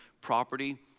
property